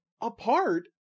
apart